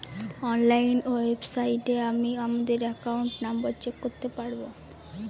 online ওয়েবসাইটে আমি আমাদের একাউন্ট নম্বর চেক করতে পারবো